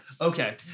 okay